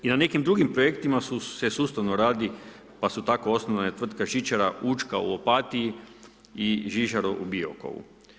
I na nekim drugim projektima se sustavno radi pa su tako osnovane tvrtka žičara Učka u Opatiji i žičara u Biokovu.